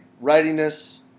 readiness